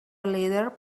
leader